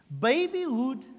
Babyhood